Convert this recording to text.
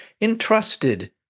entrusted